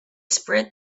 spread